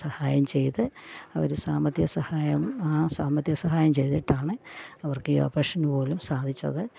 സഹായം ചെയ്ത് അവർ സാമ്പത്തിക സഹായം ആ സാമ്പത്തിക സഹായം ചെയ്തിട്ടാണ് അവർക്ക് ഈ ഓപ്പറേഷന് പോലും സാധിച്ചത്